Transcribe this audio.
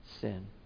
sin